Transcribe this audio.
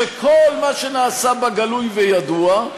שכל מה שנעשה בה גלוי וידוע,